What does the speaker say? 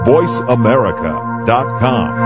VoiceAmerica.com